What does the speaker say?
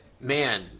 man